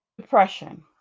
Depression